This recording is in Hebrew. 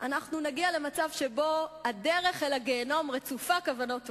אנחנו נגיע למצב שבו הדרך אל הגיהינום רצופה כוונות טובות.